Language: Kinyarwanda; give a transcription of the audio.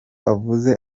yavuze